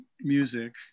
music